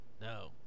No